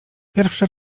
pierwszy